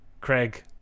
Craig